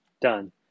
done